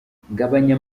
gabanya